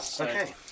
okay